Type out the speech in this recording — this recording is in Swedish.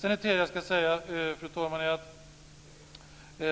Det tredje som jag skall säga, fru talman, är